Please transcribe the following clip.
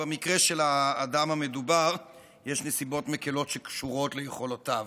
ובמקרה של האדם המדובר יש נסיבות מקילות שקשורות ליכולותיו.